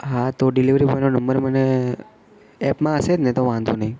હા તો ડિલેવરી બોયનો નંબર મને એપમાં હશે જ ને તો વાંધો નહીં